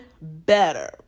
better